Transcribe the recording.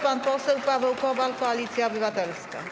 Pan poseł Paweł Kowal, Koalicja Obywatelska.